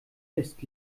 ist